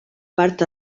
part